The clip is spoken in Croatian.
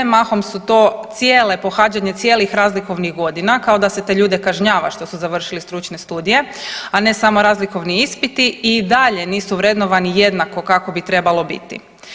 Mahom su to cijele, pohađanje cijelih razlikovnih godina kao da se te ljude kažnjava što su završili stručne studije, a ne samo razlikovni ispiti i dalje nisu vrednovani jednako kako bi trebalo biti.